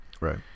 Right